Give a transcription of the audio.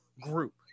group